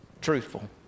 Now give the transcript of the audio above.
truthful